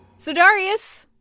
so darius,